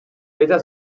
état